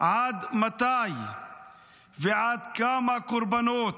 עד מתי ועד כמה קורבנות?